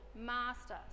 Master